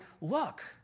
look